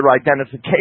identification